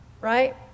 right